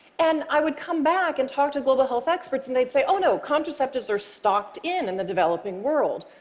and i would come back and talk to global health experts, and they'd say, oh no, contraceptives are stocked in in the developing world.